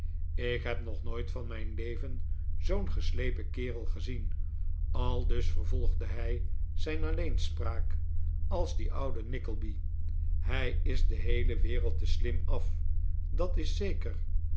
ik heb nog nooit van mijn leven zoo'n geslepen kerel gezien aldus vervolgde hij zijn alleenspraak als die oude nickleby hij is de heele wereld te slim af dat is zeker